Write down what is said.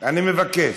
אני מבקש.